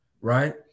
Right